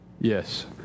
Yes